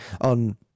on